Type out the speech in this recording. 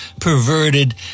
perverted